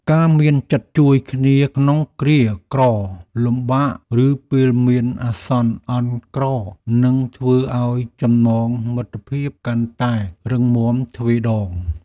ការមានចិត្តជួយគ្នាក្នុងគ្រាក្រលំបាកឬពេលមានអាសន្នអន់ក្រនឹងធ្វើឱ្យចំណងមិត្តភាពកាន់តែរឹងមាំទ្វេដង។